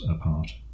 apart